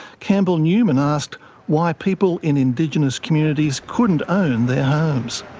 campbell newman ah asked why people in indigenous communities couldn't own their homes.